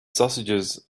sausages